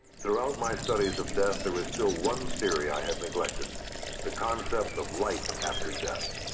throughout my studies of death, there was still one theory i had neglected the concept of life after death,